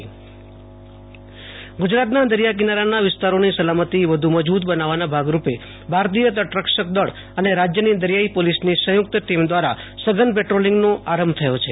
આશુ તોષ અંતાણી રાજ્ય દરિયાઈ સલામતી ગુજરાતના દરિયા કિનારાના વિસ્તારોની સલામતી વધુ મજબુ ત બનાવવાના ભાગરૂપે ભારતીય તટરક્ષક દળ અને રાજયની દરિયાઈ પોલીસની સંયુક્ત ટીમ દ્રારા સઘન પેટ્રોલિંગનો આરંભ થયો છે